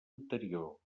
anterior